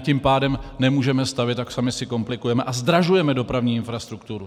Tím pádem nemůžeme stavět a sami si komplikujeme a zdražujeme dopravní infrastrukturu.